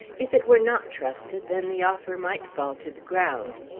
if it were not trusted then the offer might fall to the ground.